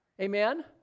Amen